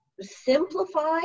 simplify